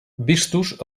vistos